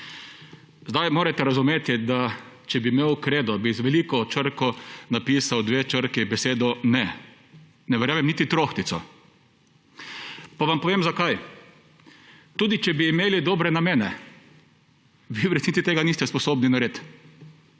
Morate razumeti, da če bi imel kredo, bi z veliko napisal dve črki, besedo NE. Ne verjamem niti trohico. Pa vam povem, zakaj. Tudi če bi imeli dobre namene, vi v resnici tega niste sposobni narediti.